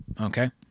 Okay